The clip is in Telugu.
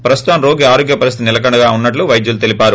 ప్రస్తుతం రోగి ఆరోగ్య పరిస్థితి నిలకడగా ఉన్నట్లు వైద్యులు తెలిపారు